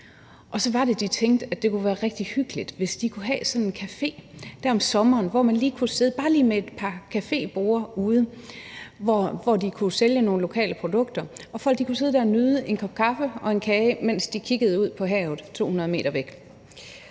Og så var det, de tænkte, at det kunne være rigtig hyggeligt, hvis de kunne have sådan en café om sommeren, hvor man kunne sidde, bare lige med et par caféborde ude, hvor de kunne sælge nogle lokale produkter og folk kunne sidde der og nyde en kop kaffe og en kage, mens de kiggede ud på havet 200 m væk.